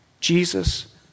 Jesus